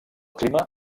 clima